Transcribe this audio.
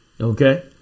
Okay